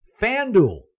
FanDuel